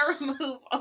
removal